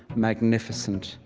magnificent,